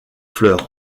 fleurs